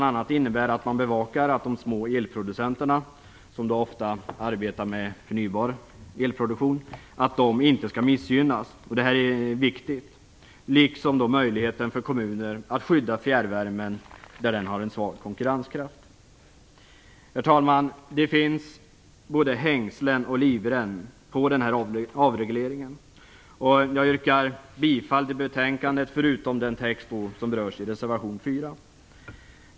att man bevakar att de små elproducenterna, som ofta arbetar med förnybar elproduktion, inte missgynnas - vilket är viktigt - och att kommuner har möjlighet att skydda fjärrvärmen där den har en svag konkurrenskraft. Herr talman! Det finns både hängslen och livrem på den här avregleringen. Jag yrkar bifall till utskottets hemställan utom beträffande den text som berörs i reservation 4.